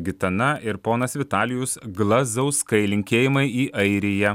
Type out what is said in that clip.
gitana ir ponas vitalijus glazauskai linkėjimai į airiją